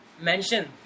mention